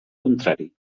contrari